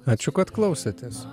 ačiū kad klausotės